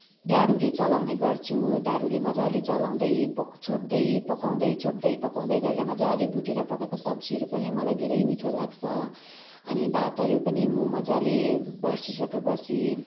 डाडुले चलाउने गर्छु डाडुले मजाले चलाउँदै छोप्दै पकाउँदै छोप्दै पकाउँदै गरेर मजाले भुटेर पकाएको सब्जीहरू पनि मलाई धेरै मिठो लाग्छ अनि भातहरू पनि मजाले भर्सी सकेपछि